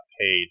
paid